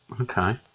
Okay